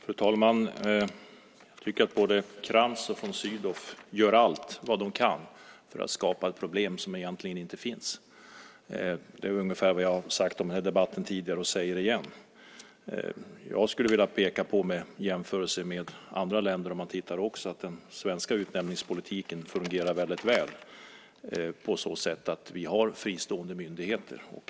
Fru talman! Jag tycker att både Krantz och von Sydow gör allt vad de kan för att skapa ett problem som egentligen inte finns. Det är ungefär vad jag har sagt om den här debatten tidigare, och jag säger det igen. Jag skulle vilja peka på en jämförelse med andra länder. Man kan då se att den svenska utnämningspolitiken fungerar väldigt väl på så sätt att vi har fristående myndigheter.